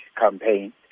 campaign